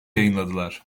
yayınladılar